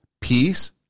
peace